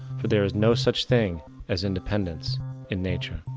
for there is no such thing as independence in nature.